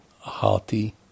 hearty